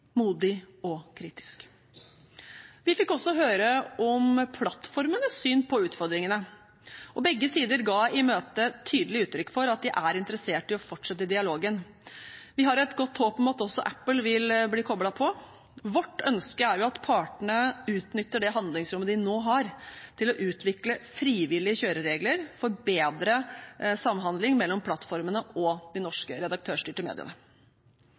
modig og kritisk. Vi fikk også høre om plattformenes syn på utfordringene, og begge sider ga i møtet tydelig uttrykk for at de er interessert i å fortsette dialogen. Vi har et godt håp om at også Apple vil bli koblet på. Vårt ønske er at partene utnytter det handlingsrommet de nå har til å utvikle frivillige kjøreregler for bedre samhandling mellom plattformene og de norske redaktørstyrte mediene.